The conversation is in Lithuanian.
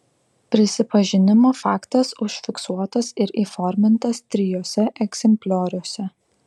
prisipažinimo faktas užfiksuotas ir įformintas trijuose egzemplioriuose